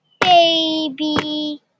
baby